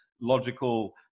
logical